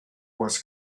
was